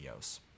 videos